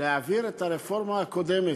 להעביר את הרפורמה הקודמת,